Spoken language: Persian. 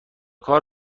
کار